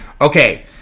Okay